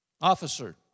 Officer